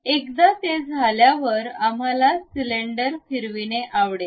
एकदा ते झाल्यावर आम्हाला सिलिंडर फिरविणे आवडेल